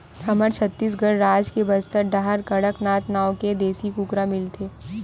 हमर छत्तीसगढ़ राज के बस्तर डाहर कड़कनाथ नाँव के देसी कुकरा मिलथे